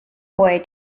boy